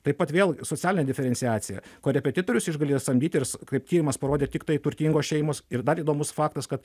taip pat vėl socialinė diferenciacija korepetitorius išgali samdytis irs kaip tyrimas parodė tiktai turtingos šeimos ir dar įdomus faktas kad